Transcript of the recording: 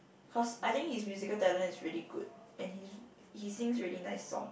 cause I think his musical talent is really good and his he sings very nice song